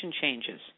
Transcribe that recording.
changes